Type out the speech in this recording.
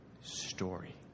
story